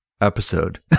episode